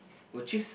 would choose